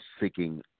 seeking